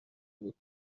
بود